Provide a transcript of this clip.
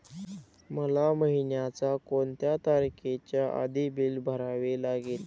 मला महिन्याचा कोणत्या तारखेच्या आधी बिल भरावे लागेल?